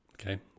Okay